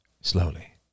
slowly